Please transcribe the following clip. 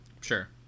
Sure